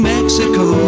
Mexico